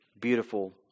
beautiful